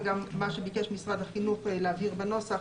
וגם מה שביקש משרד החינוך להבהיר בנוסח,